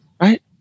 right